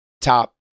top